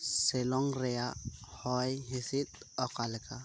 ᱥᱤᱞᱚᱝ ᱨᱮᱱᱟᱜ ᱦᱚᱭ ᱦᱤᱸᱥᱤᱫ ᱚᱠᱟ ᱞᱮᱠᱟ